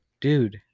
Dude